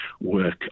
work